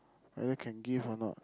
whether can give or not